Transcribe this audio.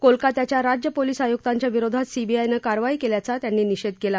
कोलकात्याच्या राज्य पोलीस आयुक्तांच्या विरोधात सीबीआयनं कारवाई केल्याचा त्यांनी निषेध केला